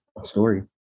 story